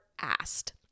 asked